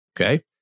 Okay